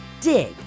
Dig